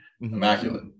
Immaculate